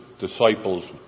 disciples